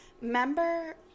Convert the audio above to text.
Remember